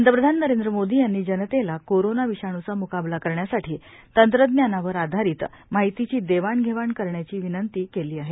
पंतप्रधान नरेंद्र मोदी यांनी जनतेला कोरोना विषाणूचा मुकाबला करण्यासाठी तंत्रज्ञावर आधारित माहितीची देवाण घेवाण करण्याची विनंती केली आहे